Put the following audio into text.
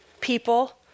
people